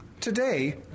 Today